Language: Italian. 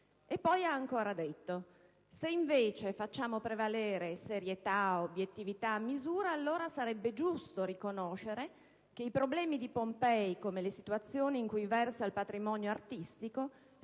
Poi ha ancora detto: «Se invece facciamo prevalere serietà, obiettività e misura, allora sarebbe giusto riconoscere che i problemi di Pompei come le situazioni in cui versa il patrimonio artistico